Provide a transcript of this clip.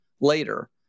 later